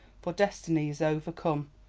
for destiny is overcome,